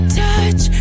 touch